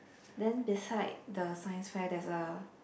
then beside the science fair there's a